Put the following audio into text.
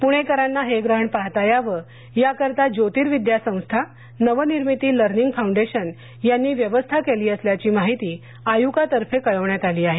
पुणेकरांना हे ग्रहण पाहता यावं याकरीता ज्योतिर्विद्या संस्था नवनिर्मिती लर्निंग फाऊंडेशन यांनी व्यवस्था केली असल्याची माहिती आयुकातर्फे कळविण्यात आली आहे